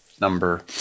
number